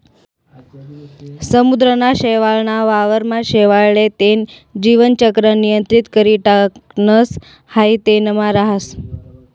समुद्रना शेवाळ ना वावर मा शेवाळ ले तेन जीवन चक्र नियंत्रित करी टाकणस हाई तेनमा राहस